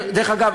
דרך אגב,